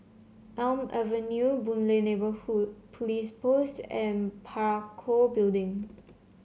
Elm Avenue Boon Lay Neighbourhood Police Post and Parakou Building